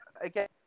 Again